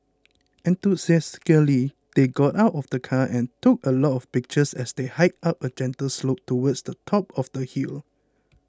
enthusiastically they got out of the car and took a lot of pictures as they hiked up a gentle slope towards the top of the hill